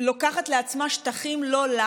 לוקחת לעצמה שטחים לא לה